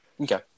Okay